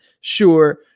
sure